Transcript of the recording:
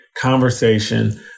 conversation